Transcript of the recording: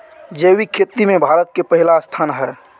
जैविक खेती में भारत के पहिला स्थान हय